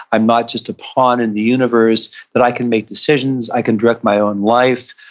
i'm not just a pawn in the universe. that i can make decisions. i can direct my own life,